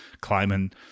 climbing